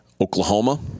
oklahoma